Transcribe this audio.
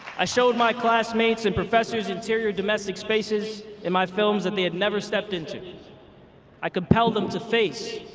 i showed my classmates and professors interior domestic spaces in my films that they had never stepped into. i compelled them to face,